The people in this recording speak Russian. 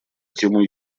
тему